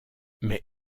mais